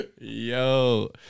Yo